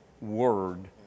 word